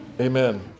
Amen